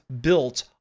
built